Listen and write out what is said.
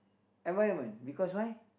environment because why